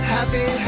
Happy